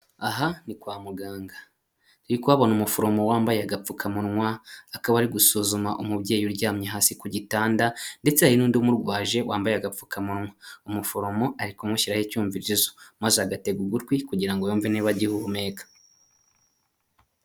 Aha ni kwa muganga arikoko abona umuforomo wambaye agapfukamunwa, akaba ari gusuzuma umubyeyi uryamye hasi ku gitanda ndetse hari n' undi umurwaje wambaye agapfukamunwa. Umuforomo ari kumushyiraho icyumvirizo, maze agatega ugutwi kugira ngo yumve niba agihumeka.